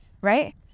Right